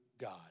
God